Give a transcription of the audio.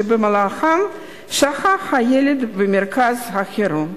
שבמהלכן שהה הילד במרכז חירום.